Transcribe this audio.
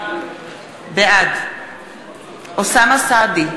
בעד אוסאמה סעדי,